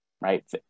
right